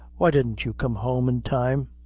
why didn't you come home in time?